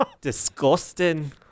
Disgusting